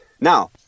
Now